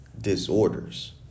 disorders